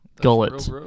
Gullet